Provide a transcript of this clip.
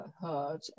heard